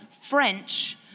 French